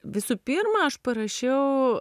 visų pirma aš parašiau